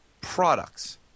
products